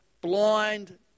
blind